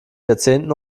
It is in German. jahrzehnten